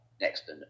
next